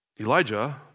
Elijah